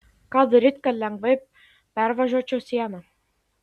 ką daryti kad lengvai pervažiuočiau sieną